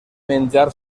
menjar